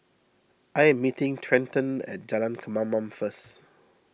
I am meeting Trenten at Jalan Kemaman first